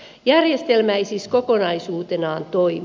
järjestelmä ei siis kokonaisuutenaan toimi